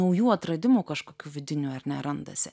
naujų atradimų kažkokių vidinių ar ne randasi